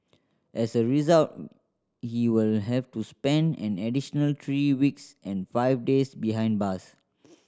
as a result he will have to spend an additional three weeks and five days behind bars